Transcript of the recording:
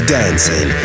dancing